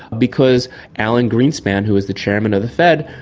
because alan greenspan, who was the chairman of the fed,